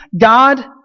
God